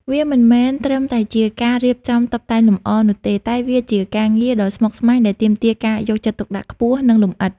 វាមិនមែនត្រឹមតែការរៀបចំតុបតែងលម្អនោះទេ តែវាជាការងារដ៏ស្មុគស្មាញដែលទាមទារការយកចិត្តទុកដាក់ខ្ពស់និងលម្អិត។